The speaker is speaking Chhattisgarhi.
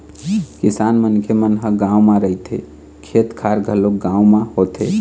किसान मनखे मन ह गाँव म रहिथे, खेत खार घलोक गाँव म होथे